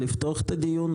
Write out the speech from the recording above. לפתוח את הדיון,